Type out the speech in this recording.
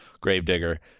Gravedigger